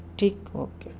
ٹھیک اوکے